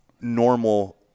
normal